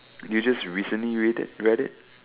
did you recently read it read it